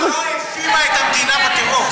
היא לא האשימה את המדינה בטרור.